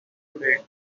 today